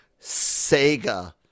Sega –